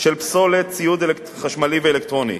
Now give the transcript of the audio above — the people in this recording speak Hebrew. של פסולת ציוד חשמלי ואלקטרוני.